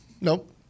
Nope